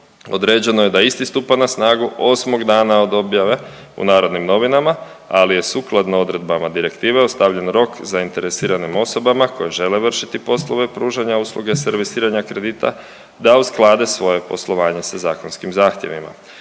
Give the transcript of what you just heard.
određeno je da isti stupa na snagu osmog dana od objave u Narodnim novinama, ali je sukladno odredbama direktive ostavljen rok zainteresiranim osobama koje žele vršiti poslove pružanja usluge servisiranja kredita da usklade svoje poslovanje sa zakonskim zahtjevima.